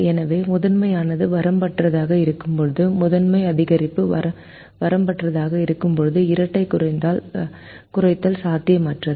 எனவே முதன்மையானது வரம்பற்றதாக இருக்கும்போது முதன்மை அதிகரிப்பு வரம்பற்றதாக இருக்கும்போது இரட்டைக் குறைத்தல் சாத்தியமற்றது